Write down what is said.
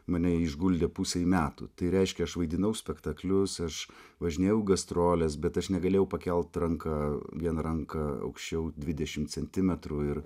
mane išguldė pusei metų tai reiškia aš vaidinau spektaklius aš važinėjau gastroles bet aš negalėjau pakelt ranką vien ranką aukščiau dvidešimt centimetrų ir